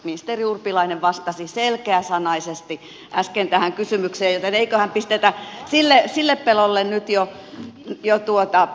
ministeri urpilainen vastasi selkeäsanaisesti äsken tähän kysymykseen joten eiköhän pistetä sille pelolle nyt jo piste